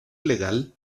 legal